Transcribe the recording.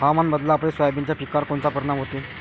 हवामान बदलापायी सोयाबीनच्या पिकावर कोनचा परिणाम होते?